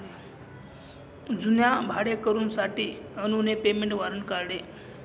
जुन्या भाडेकरूंसाठी अनुने पेमेंट वॉरंट काढले